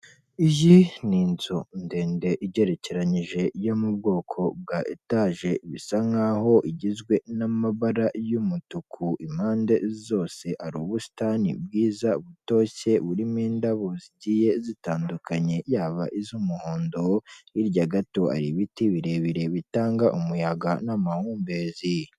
Iyi n'inzu ndende igerekeyije yo mu bwoko bwa etaje, bisa nk'aho igizwe n'amabara y'umutuku impande zose, hari ubusitani bwiza butoshye burimo indabo zigiye zitandukanye, yaba iz'umuhondo, hirya gato hari ibiti birebire bitanga umuyaga n'amahumbezi.